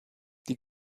die